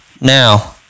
Now